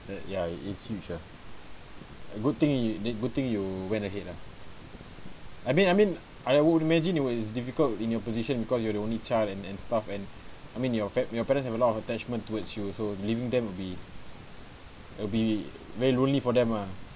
uh ya it is huge ah good thing it did good thing you went ahead ah I mean I mean I would imagine it was difficult in your position cause you are the only child and and stuff and I mean your fat~ your parents have a lot of attachment towards you so leaving them will be will be very lonely for them ah